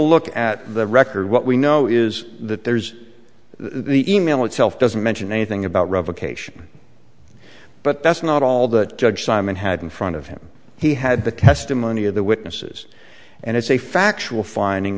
look at the record what we know is that there's the e mail itself doesn't mention anything about revocation but that's not all that judge simon had in front of him he had the custom of any of the witnesses and it's a factual finding